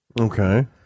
Okay